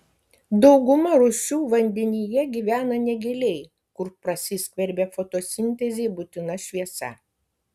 dauguma rūšių vandenyje gyvena negiliai kur prasiskverbia fotosintezei būtina šviesa